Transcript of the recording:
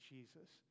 Jesus